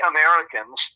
Americans